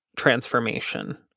Transformation